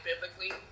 biblically